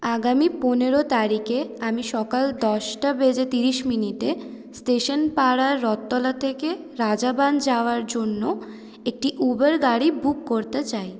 আগামী পনেরো তারিখে আমি সকাল দশটা বেজে তিরিশ মিনিটে স্টেশন পাড়ার রথতলা থেকে রাজাবাঁধ যাওয়ার জন্য একটি উবের গাড়ি বুক করতে চাই